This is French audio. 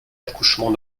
accouchements